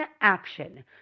action